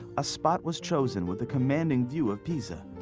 a spot was chosen with a commanding view of pisa.